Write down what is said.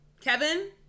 Kevin